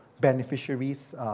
beneficiaries